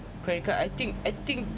credit card I think I think